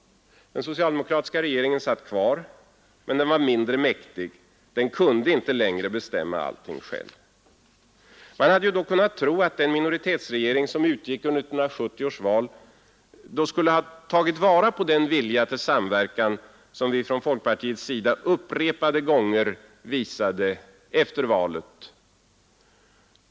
Den socialdemokratiska regeringen satt kvar, men den var mindre mäktig. Den kunde inte längre bestämma allting själv. Man hade ju kunnat tro att den minoritetsregering som utgick ur 1970 års val skulle ta vara på den vilja till samverkan som vi från folkpartiets sida upprepade gånger visade efter valet.